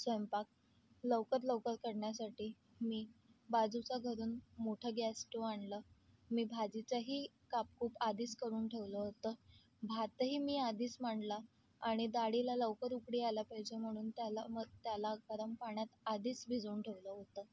स्वयंपाक लवकर लवकर करण्यासाठी मी बाजूच्या घरून मोठा गॅस स्टो आणला मी भाजीचंही कापकूप आधीच करून ठेवलं होतं भातही मी आधीच मांडला आणि डाळीला लवकर उकळी यायला पाहिजे म्हणून त्याला म त्याला गरम पाण्यात आधीच भिजवून ठेवलं होतं